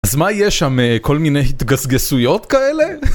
אז מה יש שם כל מיני התגסגסויות כאלה?